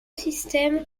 système